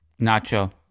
Nacho